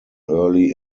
early